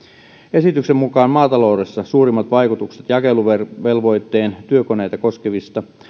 esityksen mukaan maataloudessa suurimmat vaikutukset jakeluvelvoitteen työkoneita koskevista